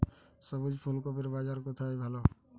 সবুজ ফুলকপির বাজার কোথায় ভালো?